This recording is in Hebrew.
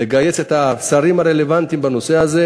נגייס את השרים הרלוונטיים בנושא הזה: